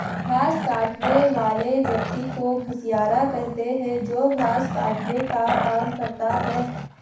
घास काटने वाले व्यक्ति को घसियारा कहते हैं जो घास काटने का काम करता है